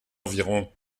environ